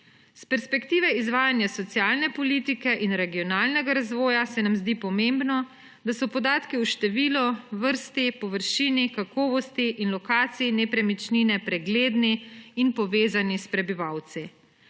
S perspektive izvajanja socialne politike in regionalnega razvoja se nam zdi pomembno, da so podatki o številu, vrsti, površini, kakovosti in lokaciji nepremičnine pregledni in povezani s prebivalci.